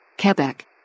Quebec